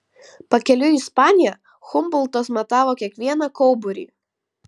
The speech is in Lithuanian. pakeliui į ispaniją humboltas matavo kiekvieną kauburį